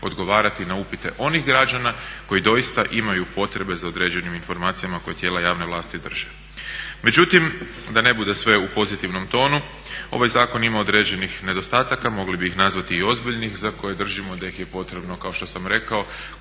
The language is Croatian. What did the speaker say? odgovarati na upite onih građana koji doista imaju potrebe za određenim informacijama koje tijela javne vlasti drže. Međutim, da ne bude sve u pozitivnom tonu, ovaj zakon ima određenih nedostataka, mogli bi ih nazvati i ozbiljnih za koje držimo da ih je potrebno kao što sam rekao